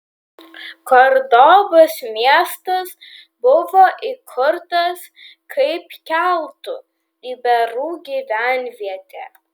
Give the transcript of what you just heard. kordobos miestas buvo įkurtas kaip keltų iberų gyvenvietė